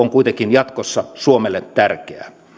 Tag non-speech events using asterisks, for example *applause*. *unintelligible* on kuitenkin jatkossa suomelle tärkeää